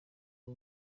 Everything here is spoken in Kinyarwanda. bwo